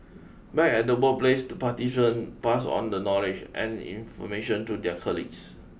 back at the workplace the participant pass on the knowledge and information to their colleagues